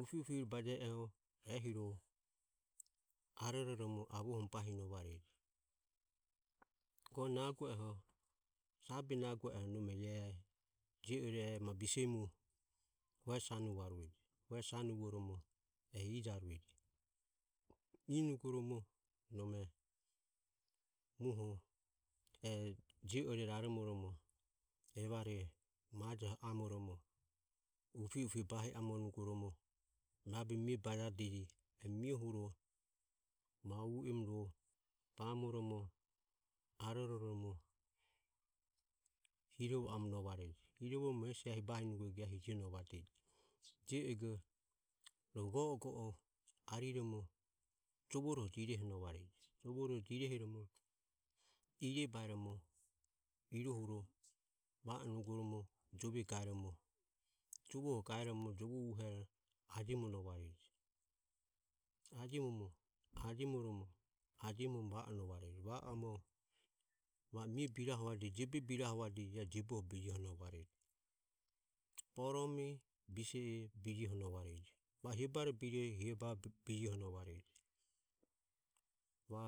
upiupiro baje oho ehi ro arororomo avohoromo bahinovareje go nague oho sabenague oho nome iae eho je ore ma bisemu hue sanuvarueje hue sanuvoromo e ijarueje. Inugoromo nome muoho e je ore raromoromo evare majoho amoromo upi upi bahi amonugoromo rabe mie bajadeje e miohuro ma u e mu ro bamoromo arororomo hirovo amonovareje. Hirovoromo hesi ehi bahinugo ehi jionovadeje. Jio ego rohu go go ariromo jovore jirehonovareje jovore jirehoromo ire baeromo irohuro va onugoromo jove gaeromo jovo gaeromo jovo uhero ajiomonovareje. Ajiomoromo ajiomoromo ajiomoromo va onovareje va oromo va o mie birohavuade jiobe birohavuade ae jiobe bijiohonovodeje borome bise e bijioho novareje va hebare birohe hebare bijioho novareje va